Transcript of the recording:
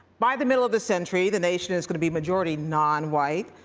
by the middle of this century, the nation is going to be majority nonwhite.